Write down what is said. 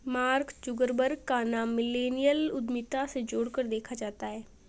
mark Zuckerberg का नाम millennial उद्यमिता से जोड़कर देखा जाता है